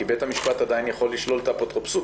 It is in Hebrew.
כי בית המשפט עדיין יכול לשלול את האפוטרופסות,